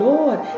Lord